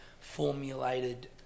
formulated